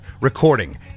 recording